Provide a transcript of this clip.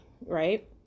right